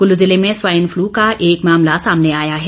कुल्लू जिले में swine flu का एक मामला सामने आया है